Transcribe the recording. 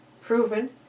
proven